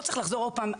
לא צריך לחזור עוד פעם,